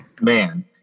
man